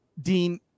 Dean